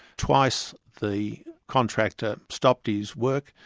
twice the contractor stopped his work,